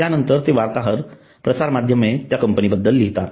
त्यानंतर ते वार्ताहर प्रसारमाध्यमांमध्ये त्या कंपनी बद्दल लिहितात